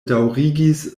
daŭrigis